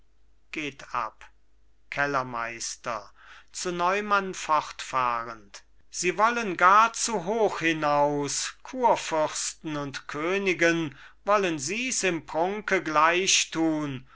geht ab kellermeister zu neumann fortfahrend sie wollen gar zu hoch hinaus kurfürsten und königen wollen sies im